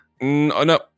No